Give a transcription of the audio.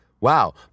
Wow